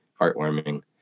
heartwarming